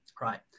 Right